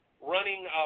running